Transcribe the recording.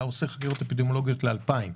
אתה עושה חקירות אפידמיולוגיות ל-2,000.